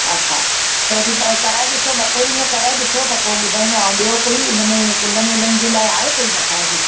अछा पहिरियूं पैर कराए ॾिसूं ॿ टे हीअं कराए ॾिसूं त पोइ ॿुधाईंदा ऐं ॿियो कोई इन में कुल्हनि वुल्हनि जे लाइ आहे कोई मसाज